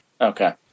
Okay